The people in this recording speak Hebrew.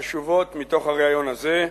חשובות מתוך הריאיון הזה.